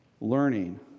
learning